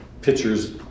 pictures